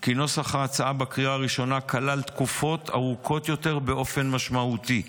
כי נוסח ההצעה בקריאה הראשונה כלל תקופות ארוכות יותר באופן משמעותי.